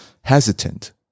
hesitant